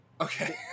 Okay